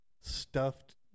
stuffed